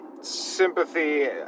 sympathy